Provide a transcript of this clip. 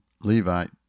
Levite